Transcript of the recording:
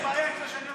לך יש בעיה עם זה שאני,